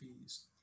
fees